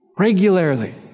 Regularly